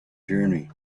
journey